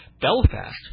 Belfast